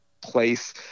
place